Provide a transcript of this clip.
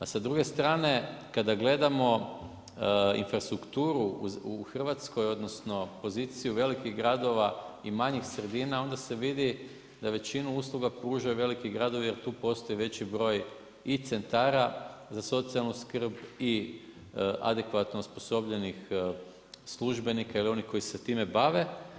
A s druge strane kada gledamo infrastrukturu u Hrvatskoj, odnosno, poziciju velikih gradova i manjih sredina onda se vidi da većinu usluga pružaju veliki gradovi jer tu postoji veći broj i centara za socijalnu skrb i adekvatno osposobljenih službenika ili onih koji se time bave.